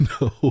No